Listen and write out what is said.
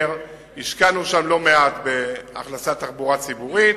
השקענו שם לא מעט בהכנסת תחבורה ציבורית.